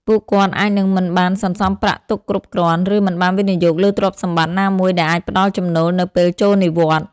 ពួកគាត់អាចនឹងមិនបានសន្សំប្រាក់ទុកគ្រប់គ្រាន់ ឬមិនបានវិនិយោគលើទ្រព្យសម្បត្តិណាមួយដែលអាចផ្ដល់ចំណូលនៅពេលចូលនិវត្តន៍។